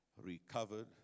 recovered